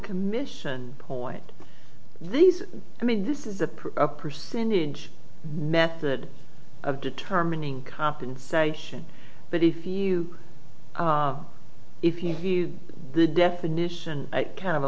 commission point these i mean this is the percentage method of determining compensation but if you if you view the definition kind of a